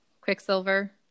Quicksilver